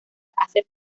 hace